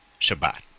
Shabbat